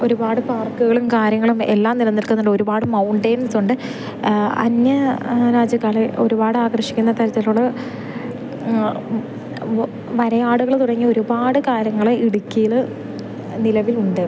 ഒരുപാട് പാർക്കുകളും കാര്യങ്ങളും എല്ലാം നിലനിൽക്കുന്നുണ്ട് ഒരുപാട് മൗണ്ടേൻസുണ്ട് അന്യ രാജ്യക്കാരെ ഒരുപാട് ആകർഷിക്കുന്ന തരത്തിലുള്ള വരയാടുകൾ തുടങ്ങി ഒരുപാടു കാര്യങ്ങൾ ഇടുക്കിയിൽ നിലവിലുണ്ട്